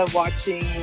watching